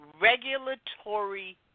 regulatory